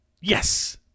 Yes